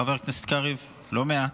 חבר הכנסת קריב, לא מעט,